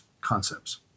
concepts